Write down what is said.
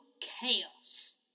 chaos